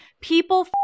People